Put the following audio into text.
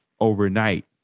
overnight